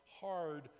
hard